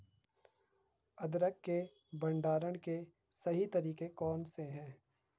अदरक के भंडारण के सही तरीके कौन से हैं?